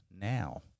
now